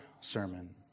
sermon